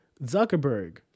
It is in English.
Zuckerberg